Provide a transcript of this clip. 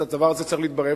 הדבר הזה צריך להתברר,